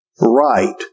right